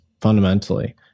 fundamentally